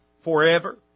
forever